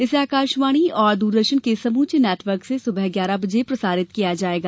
इसे आकाशवाणी और दूरदर्शन के समूचे नेटवर्क से सुबह ग्यारह बजे प्रसारित किया जायेगा